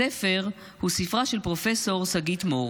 הספר הוא ספרה של פרופ' שגית מור